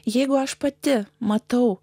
jeigu aš pati matau